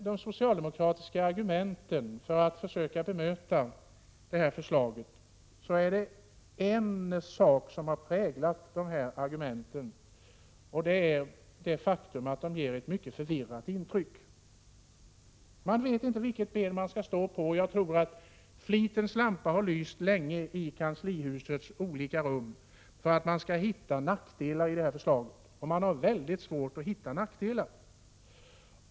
De socialdemokratiska argumenten för att försöka bemöta detta förslag ger de facto ett mycket förvirrat intryck. Man vet inte på vilket ben man skall stå. Jag tror att flitens lampa har lyst långt in på nätterna i kanslihusets olika rum i försöken att hitta nackdelar med förslaget. Men man har väldigt svårt att hitta sådana.